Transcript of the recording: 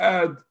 add